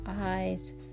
eyes